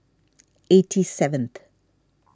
eighty seventh